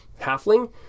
halfling